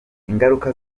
ingaruka